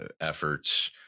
efforts